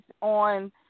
on